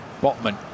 Botman